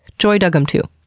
joy dug em too.